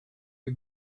you